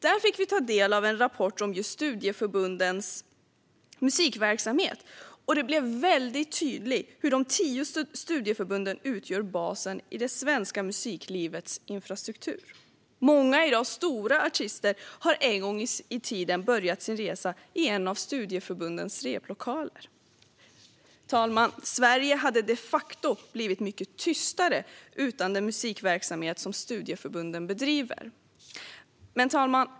Där fick vi ta del av en rapport om just studieförbundens musikverksamhet, och det blev väldigt tydligt hur de tio studieförbunden utgör basen i det svenska musiklivets infrastruktur. Många artister som är stora i dag har en gång i tiden börjat sin resa i en av studieförbundens replokaler. Sverige hade de facto blivit mycket tystare utan den musikverksamhet som studieförbunden bedriver. Fru talman!